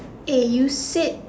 eh you said